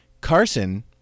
Carson